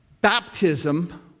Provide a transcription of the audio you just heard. baptism